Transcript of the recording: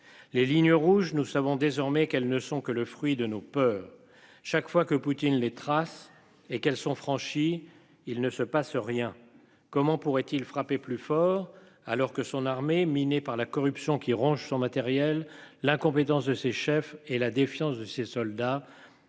les lignes rouges, nous savons désormais qu'elles ne sont que le fruit de nos peurs. Chaque fois que Poutine les traces et qu'elles sont franchies, il ne se passe rien. Comment pourrait-il frapper plus fort alors que son armée minée par la corruption qui ronge son matériel l'incompétence de ses chefs et la défiance de ses soldats